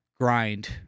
grind